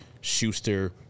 Schuster